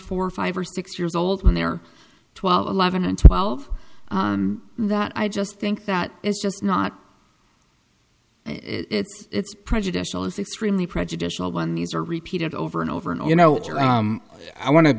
four or five or six years old when they were twelve eleven and twelve that i just think that is just not it's prejudicial it's extremely prejudicial when these are repeated over and over and you know i want to